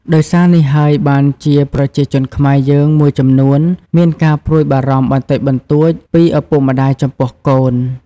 ដោយសារនេះហើយបានជាប្រជានជនខ្មែរយើងមួយចំនួនមានការព្រួយបារម្ភបន្តិចបន្តួចពីឪពុកម្តាយចំពោះកូន ។